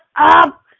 up